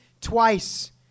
twice